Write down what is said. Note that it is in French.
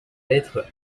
lettre